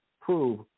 prove